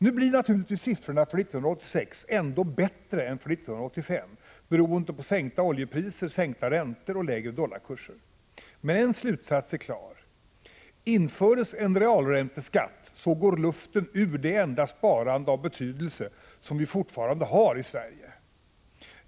Nu blir naturligtvis siffrorna för 1986 ändå bättre än för 1985, beroende på sänkta oljepriser och sänkta räntor samt på lägre dollarkurser. Men en slutsats är klar: införs en realränteskatt går luften ur det enda sparande av betydelse som vi fortfarande har i Sverige.